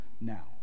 now